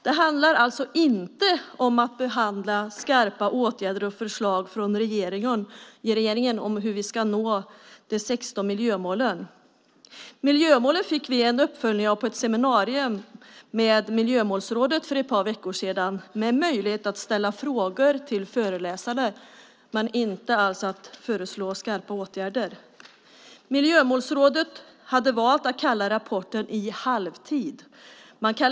Det handlar alltså inte om att behandla skarpa åtgärder och förslag från regeringen om hur vi ska nå de 16 miljömålen. Vi fick en uppföljning av miljömålen på ett seminarium med Miljömålsrådet för ett par veckor sedan. Vi fick möjlighet att ställa frågor till föreläsarna, men det handlade inte alls om att föreslå skarpa åtgärder. Miljömålsrådet hade valt att kalla rapporten I halvtid .